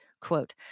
quote